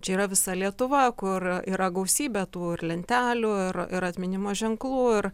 čia yra visa lietuva kur yra gausybė tų ir lentelių ir ir atminimo ženklų ir